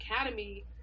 academy